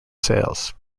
sales